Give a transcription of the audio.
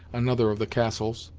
another of the castles.